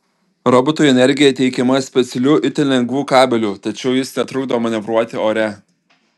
robotui energija tiekiama specialiu itin lengvu kabeliu tačiau jis netrukdo manevruoti ore